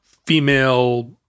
female